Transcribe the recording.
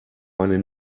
meine